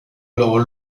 alors